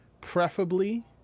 preferably